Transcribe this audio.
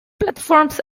platforms